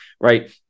Right